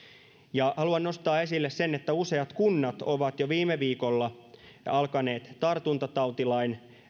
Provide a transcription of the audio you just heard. ja haluan nostaa esille sen että useat kunnat ovat jo viime viikolla alkaneet tartuntatautilain